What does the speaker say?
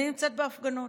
אני נמצאת בהפגנות,